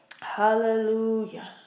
Hallelujah